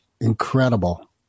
incredible